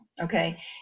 okay